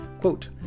Quote